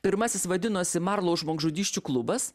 pirmasis vadinosi marlau žmogžudysčių klubas